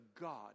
God